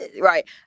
Right